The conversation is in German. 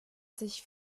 sich